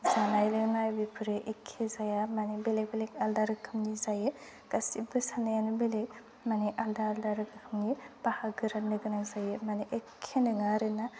जानाय लोंनाय बेफोरबो एखे जाया माने बेलेक बेलेक आलदा रोखोमनि जायो गासैबो साननायानो बेलेक माने आलदा आलदा रोखोमनि बाहागो राननो गोनां जायो माने एखे नङा आरो ना